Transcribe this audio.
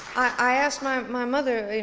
i asked my my mother, you